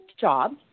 job